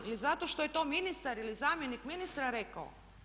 Ili zato što je to ministar ili zamjenik ministra rekao?